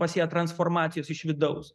pas ją transformacijos iš vidaus